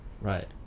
Right